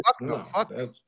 no